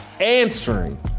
answering